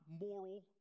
moral